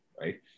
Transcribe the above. right